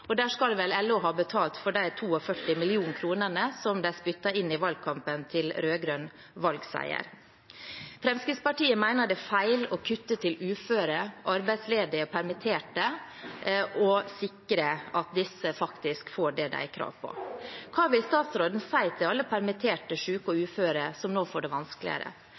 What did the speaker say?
og der skal vel LO ha betalt for de 42 millioner kronene som de spyttet inn i valgkampen for rød-grønn valgseier. Fremskrittspartiet mener det er feil å kutte til uføre, arbeidsledige og permitterte og vil sikre at disse faktisk får det de har krav på. Hva vil statsråden si til alle permitterte, syke og uføre som nå får det vanskeligere?